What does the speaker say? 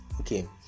Okay